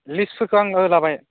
लिस्टफोरखौ आङो लाबाय